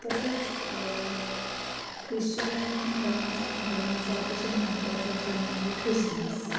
तसंच ख्रिश्चन धर्मांचा धर्माचा अतिशय महत्त्वाचा सण म्हणजे ख्रिसमस